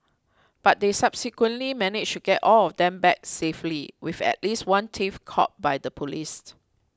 but they subsequently managed to get all of them back safely with at least one thief caught by the police